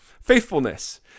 faithfulness